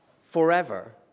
forever